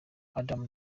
adam